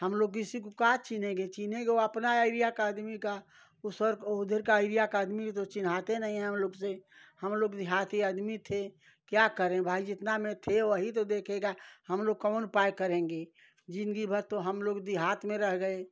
हमलोग किसी को का चीन्हेंगे चीन्हेंगे वह अपने एरिया का आदमी का उसर वह उधर के एरिया का आदमी तो चिन्हाते नहीं है हमलोग से हम लोग देहाती आदमी थे क्या करें भाई जितना में थे वही तो देखेगा हमलोग कौन उपाय करेंगे जिंदगी भर तो हमलोग देहात में रह गए